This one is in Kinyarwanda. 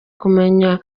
kumenya